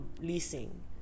leasing